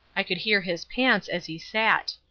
i could hear his pants as he sat.